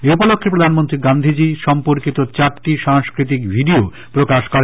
এ উপলক্ষে প্রধানমন্ত্রী গান্ধীতী সম্পর্কিত চারটি সাংস্কৃতিক ভিডিও প্রকাশ করেন